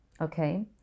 okay